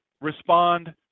respond